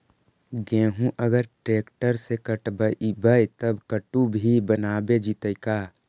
गेहूं अगर ट्रैक्टर से कटबइबै तब कटु भी बनाबे जितै का?